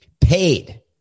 paid